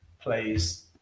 plays